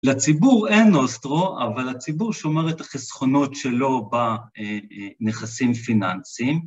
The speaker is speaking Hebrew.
לציבור אין אוסטרו, אבל הציבור שומר את החסכונות שלו בנכסים פיננסיים.